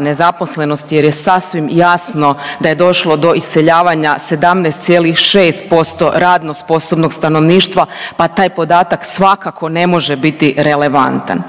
nezaposlenosti jer je sasvim jasno da je došlo do iseljavanja 17,6% radno sposobnog stanovništva pa taj podatak svakako ne može biti relevantan.